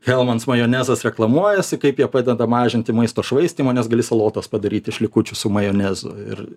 helmans majonezas reklamuojasi kaip jie padeda mažinti maisto švaistymą nes gali salotas padaryt iš likučių su majonezu ir